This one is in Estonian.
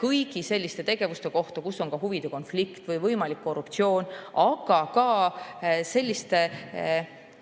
kõigi selliste tegevuste kohta, kus on huvide konflikt või on võimalik korruptsioon, aga ka selliste